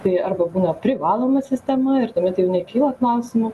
tai arba būna privaloma sistema ir tuomet jau nekyla klausimų